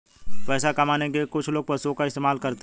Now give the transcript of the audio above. पैसा कमाने के लिए कुछ लोग पशुओं का इस्तेमाल करते हैं